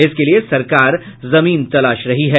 इसके लिए सरकार जमीन तलाश रही है